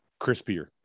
crispier